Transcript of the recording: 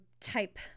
type